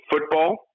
football